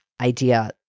idea